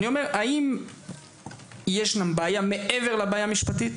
האם ישנה בעיה מעבר לבעיה המשפטית?